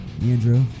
Andrew